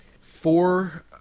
Four